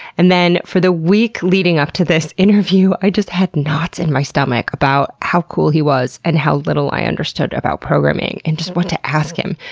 and then for the week leading up to this interview, i just had knots in my stomach about how cool he was, and how little i understood about programming, and just what to ask him.